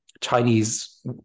Chinese